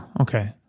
Okay